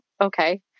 okay